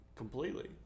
Completely